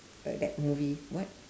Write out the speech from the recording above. uh that movie what